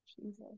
Jesus